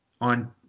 on